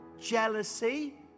jealousy